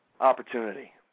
opportunity